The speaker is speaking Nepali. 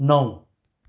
नौ